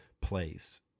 place